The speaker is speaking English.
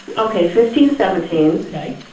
okay, fifteen, seventeen. okay.